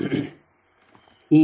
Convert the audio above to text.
10 ಈ ಎರಡು ಸರಣಿಯಲ್ಲಿವೆ